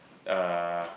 uh